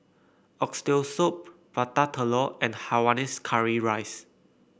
Oxtail Soup Prata Telur and Hainanese Curry Rice